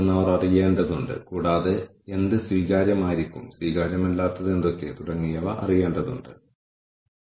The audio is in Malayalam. ഈ പുതിയ മാനേജ്മെന്റ് ഇൻഫർമേഷൻ സിസ്റ്റം നടപ്പിലാക്കിയതിലൂടെ അവധിക്ക് അപേക്ഷിക്കുന്നത് എളുപ്പമായെന്ന് ആളുകൾക്ക് തോന്നുന്നുണ്ടോ